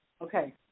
Okay